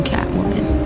Catwoman